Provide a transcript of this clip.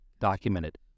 documented